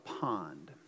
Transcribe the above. pond